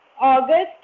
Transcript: August